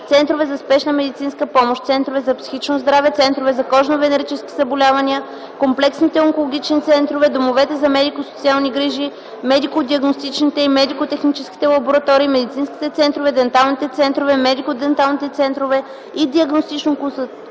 центровете за спешна медицинска помощ, центровете за психично здраве, центровете за кожно-венерически заболявания, комплексните онкологични центрове, домовете за медико-социални грижи, медико-диагностичните и медико-техническите лаборатории, медицинските центрове, денталните центрове, медико-денталните центрове и диагностично-консултативните